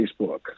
Facebook